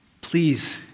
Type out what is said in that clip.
Please